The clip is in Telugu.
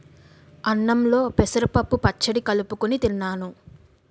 అన్నంలో పెసరపప్పు పచ్చడి కలుపుకొని తిన్నాను